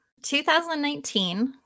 2019